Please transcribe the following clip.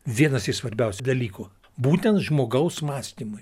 vienas iš svarbiausių dalykų būtent žmogaus mąstymui